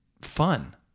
fun